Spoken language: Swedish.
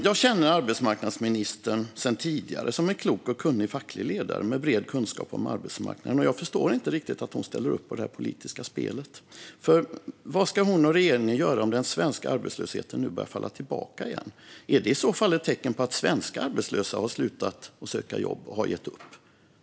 Jag känner arbetsmarknadsministern sedan tidigare som en klok och kunnig facklig ledare med bred kunskap om arbetsmarknaden, men jag förstår inte riktigt att hon ställer upp på det här politiska spelet. Vad ska hon och regeringen göra om den svenska arbetslösheten nu börjar falla tillbaka igen? Är det i så fall ett tecken på att svenska arbetslösa har slutat att söka jobb och har gett upp?